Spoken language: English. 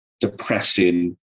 depressing